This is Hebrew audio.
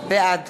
בעד